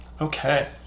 Okay